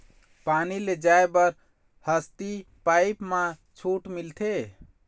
पानी ले जाय बर हसती पाइप मा छूट मिलथे?